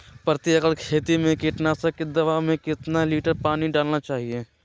प्रति एकड़ खेती में कीटनाशक की दवा में कितना लीटर पानी डालना चाइए?